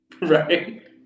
Right